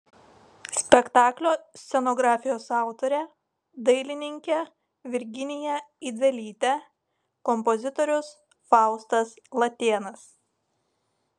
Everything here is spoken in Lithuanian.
spektaklio scenografijos autorė dailininkė virginija idzelytė kompozitorius faustas latėnas